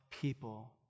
people